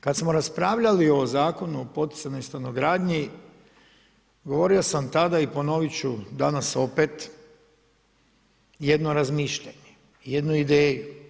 Kada samo raspravljali o Zakonu o poticajnoj stanogradnji, govorio sam tada i ponovit ću danas opet jedno razmišljanje, jednu ideju.